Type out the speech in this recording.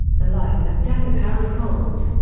the life and death of harold holt.